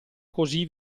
così